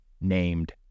named